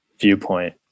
viewpoint